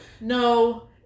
No